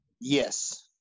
yes